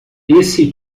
esse